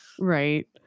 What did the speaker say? Right